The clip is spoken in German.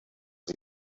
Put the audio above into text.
sie